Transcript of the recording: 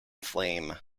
flame